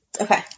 Okay